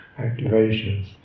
Activations